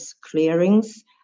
clearings